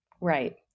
Right